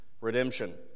redemption